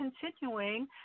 continuing